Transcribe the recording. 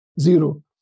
zero